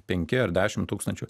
penki ar dešim tūkstančių